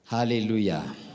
Hallelujah